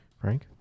Frank